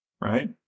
right